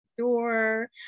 Sure